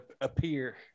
appear